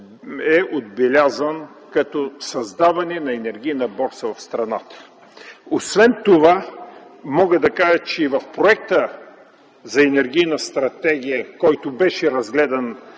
е отбелязан като създаване на енергийна борса в страната. Освен това мога да кажа, че в проекта за енергийна стратегия, който беше разгледан